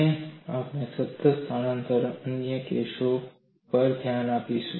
અને આપણે સતત સ્થાનાંતરણના અન્ય કેસો પર પણ ધ્યાન આપ્યું છે